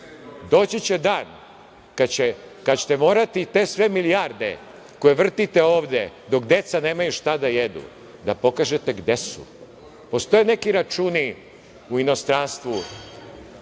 Doći će dan kada ćete morati i te sve milijarde koje vrtite ovde, dok deca nemaju šta da jedu, da pokažete gde su. Postoje neki računi u inostranstvu